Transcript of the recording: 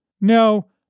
No